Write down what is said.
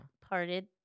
parted